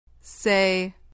Say